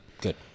Good